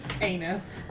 Anus